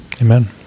Amen